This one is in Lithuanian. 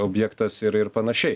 objektas ir ir panašiai